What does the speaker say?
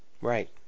Right